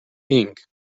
ink